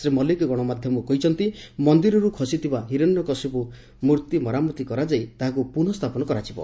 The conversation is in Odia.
ଶ୍ରୀ ମଲ୍ଲିକ ଗଣମାଧ୍ଧମକୁ କହିଛନ୍ତି ମନ୍ଦିରରୁ ଖସିଥିବା ହିରଣ୍ୟକଶ୍ୟପ ମର୍ଭି ମରାମତି କରାଯାଇ ତାହାକୁ ପୁନଃସ୍ଥାପନ କରାଯିବ